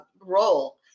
role